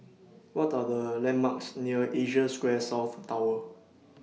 What Are The landmarks near Asia Square South Tower